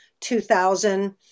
2000